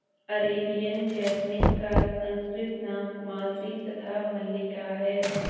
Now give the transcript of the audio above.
Arabian jasmine का संस्कृत नाम मालती तथा मल्लिका है